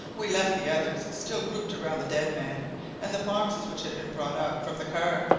we left the others still grouped around the dead man and the boxes which had been brought up from the car,